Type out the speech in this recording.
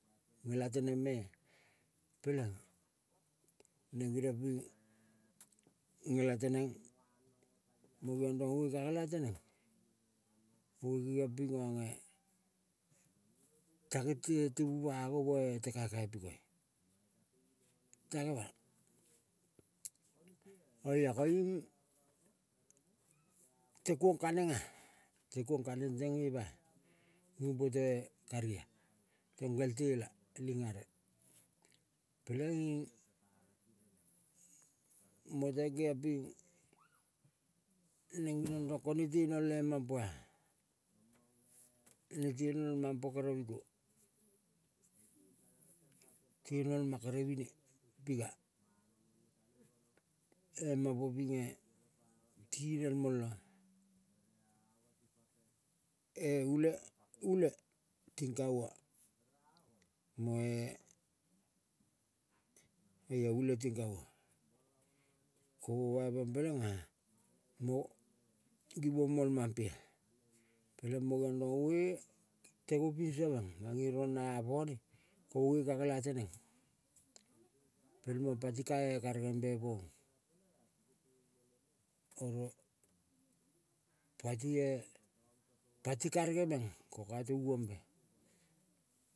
Ngela teneng mea peleng neng geniong ping ngela teneng mo geong rong oi ka ngela teneng ngo ngiong pingo nge tange tie ti bu pango moe te kaikai pekoa. Tangema oia koiung te kuong kaneng. Te kuong kaneng teng gema-a gi potoe karia, tong ngel tela ling are. Peleing moteng geong ping neng geniong rong ko nete nole mampoa. Nete nol mampo kere miko, te nolma kere mine piga emampo pinge. Tinel mola e ule, ule ting kava moe oia ule ting kava. Ko mo bai pang pelenga mo givong mol mampea, peleng mo geviong rong vei tengo pinso meng mange rong na apone ko ngonge ka ngelateneng. Pelmang pati kae kare gembe po, oro patie karege meng ko ka torambe.